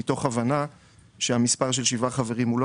מתוך הבנה שהמספר של שבעה חברים הוא לא